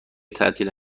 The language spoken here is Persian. تعطیل